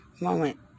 moment